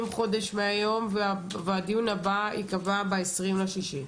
חודש מהיום והדיון הבא ייקבע ב-20.6.